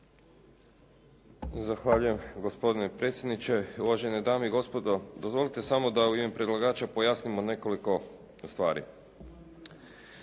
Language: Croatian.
Zahvaljujem gospodine predsjedniče, uvažene dame i gospodo. Dozvolite samo da u ime predlagača pojasnimo nekoliko stvari.